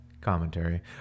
Commentary